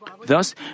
Thus